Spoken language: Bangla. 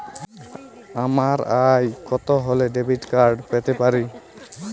আমার আয় কত হলে ডেবিট কার্ড পেতে পারি?